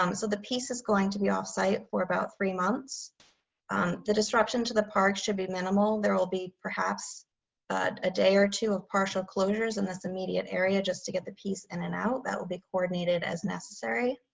so the pieces going to be off site for about three months on the disruption to the parks should be minimal. there will be perhaps but a day or two of partial closures and this immediate area just to get the piece in and and out. that will be coordinated as necessary.